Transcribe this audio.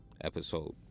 episode